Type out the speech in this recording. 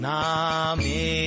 Name